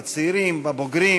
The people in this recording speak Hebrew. בצעירים, בבוגרים,